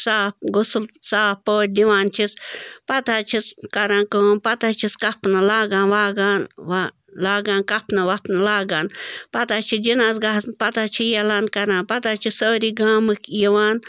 صاف غسُل صاف پٲٹھۍ دِوان چھِس پَتہٕ حظ چھِس کران کٲم پَتہٕ حظ چھِس کَفنہٕ لاگان واگان وَ لاگان کَفنہٕ وَفنہٕ لاگان پَتہٕ حظ چھِ جنازٕ گاہَس پَتہٕ حظ چھِ علان کَران پَتہٕ حظ چھِ سٲری گامٕکۍ یِوان